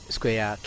square